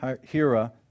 Hira